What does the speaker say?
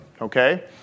okay